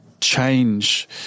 change